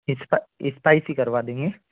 इस्पा spicy करवा देंगे